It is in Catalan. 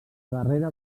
darrera